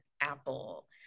Apple